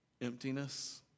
emptiness